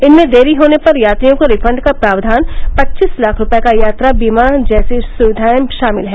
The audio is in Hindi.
इनमें देरी होने पर यात्रियों को रिफन्ड का प्रावधान पच्चीस लाख रूपये का यात्रा बीमा जैसी सुविधाए शामिल हैं